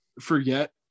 forget